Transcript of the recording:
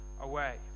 away